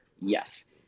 Yes